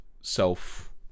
self